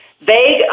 Vague